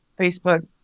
Facebook